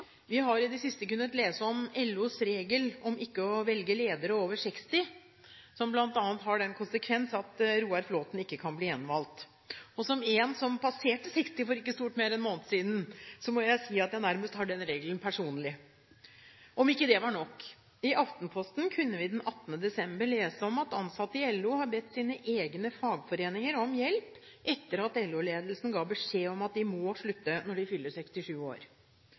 Vi har i det siste kunnet lese om LOs regel om ikke å velge ledere over 60 år, som bl.a. har som konsekvens at Roar Flåthen ikke kan bli gjenvalgt. For en som passerte 60 år for ikke stort mer enn én måned siden, må jeg si at jeg nærmest tar den regelen personlig. Og om ikke det er nok: I Aftenposten kunne vi den 18. desember i fjor lese at ansatte i LO har bedt sine egne fagforeninger om hjelp etter at LO-ledelsen ga beskjed om at de må slutte når de fyller 67 år.